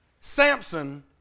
Samson